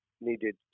needed